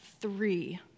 three